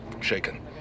shaken